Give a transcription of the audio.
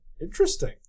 Interesting